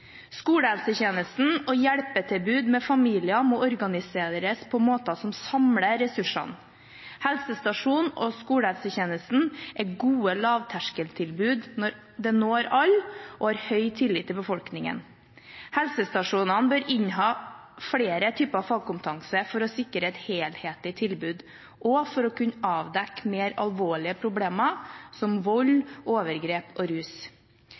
Skolehelsetjenesten og hjelpetilbud for familier må organiseres på måter som samler ressursene. Helsestasjonen og skolehelsetjenesten er gode lavterskeltilbud. De når alle og har høy tillit i befolkningen. Helsestasjonene bør inneha flere typer fagkompetanse for å sikre et helhetlig tilbud og for å kunne avdekke mer alvorlige problemer som vold, overgrep og rus.